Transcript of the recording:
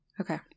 Okay